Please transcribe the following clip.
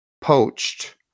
Poached